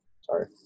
sorry